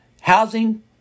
housing